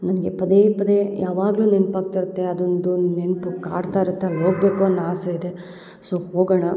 ನನಗೆ ಪದೇ ಪದೇ ಯಾವಾಗಲೂ ನೆನ್ಪು ಆಗ್ತಾ ಇರುತ್ತೆ ಅದೊಂದು ನೆನಪು ಕಾಡ್ತಾ ಇರುತ್ತೆ ಅಲ್ಲಿ ಹೋಗ್ಬೇಕು ಅನ್ನೋ ಆಸೆ ಇದೆ ಸೊ ಹೋಗೋಣ